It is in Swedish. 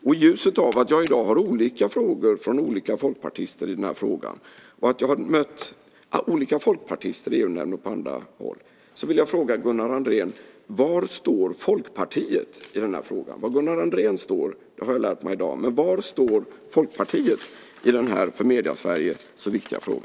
I ljuset av att jag i dag har olika frågor från olika folkpartister i den här frågan, och att jag har mött olika folkpartister i EU-nämnden och på andra håll, vill jag fråga Gunnar Andrén: Var står Folkpartiet i den här frågan? Var Gunnar Andrén står har jag lärt mig i dag. Men var står Folkpartiet i denna för Medie-Sverige så viktiga fråga?